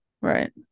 Right